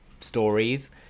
stories